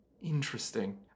Interesting